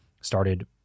started